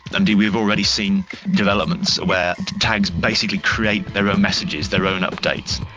indeed, we've already seen developments where tags basically create their own messages, their own updates.